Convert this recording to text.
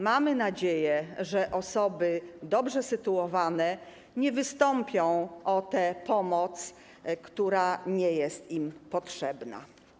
Mamy nadzieję, że osoby dobrze sytuowane nie wystąpią o tę pomoc, która nie jest im potrzebna.